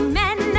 men